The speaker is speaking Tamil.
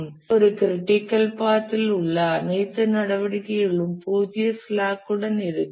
எனவே ஒரு க்ரிட்டிக்கல் பாத் இல் உள்ள அனைத்து நடவடிக்கைகளும் பூஜ்ஜிய ஸ்லாக்குடன் இருக்கும்